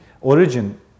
origin